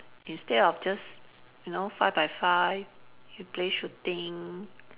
instead of just you know five by five you play shooting